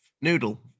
noodle